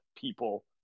people